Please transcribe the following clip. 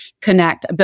connect